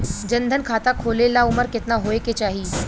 जन धन खाता खोले ला उमर केतना होए के चाही?